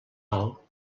alt